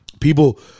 people